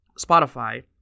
Spotify